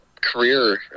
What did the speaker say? career